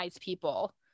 people